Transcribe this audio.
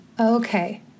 Okay